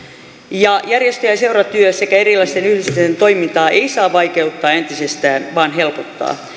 ja järjestö ja seuratyötä sekä erilaisten yhdistysten toimintaa ei saa vaikeuttaa entisestään vaan helpottaa